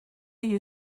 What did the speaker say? you